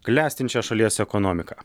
klestinčią šalies ekonomiką